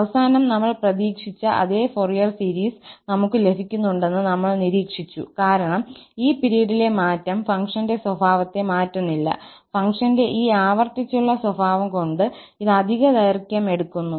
അവസാനം നമ്മൾ പ്രതീക്ഷിച്ച അതേ ഫൊറിയർ സീരീസ് നമ്മൾ ക്ക് ലഭിക്കുന്നുണ്ടെന്ന് നമ്മൾ നിരീക്ഷിച്ചു കാരണം ഈ പിരീഡിലെ മാറ്റം ഫംഗ്ഷന്റെ സ്വഭാവത്തെ മാറ്റുന്നില്ല ഫംഗ്ഷന്റെ ഈ ആവർത്തിച്ചുള്ള സ്വഭാവം കൊണ്ട് ഇത് അധിക ദൈർഘ്യം എടുക്കുന്നു